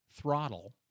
throttle